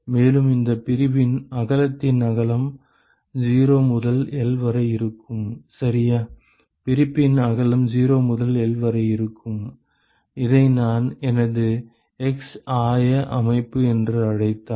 மேலும் இந்த பிரிவின் அகலத்தின் அகலம் 0 முதல் L வரை இருக்கும் சரியா பிரிப்பின் அகலம் 0 முதல் L வரை இருக்கும் இதை நான் எனது x ஆய அமைப்பு என்று அழைத்தால்